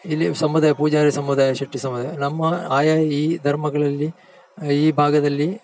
ಇಲ್ಲಿ ಸಮುದಾಯ ಪೂಜಾರಿ ಸಮುದಾಯ ಶೆಟ್ಟಿ ಸಮುದಾಯ ನಮ್ಮ ಆಯಾ ಈ ಧರ್ಮಗಳಲ್ಲಿ ಈ ಭಾಗದಲ್ಲಿ